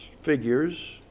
figures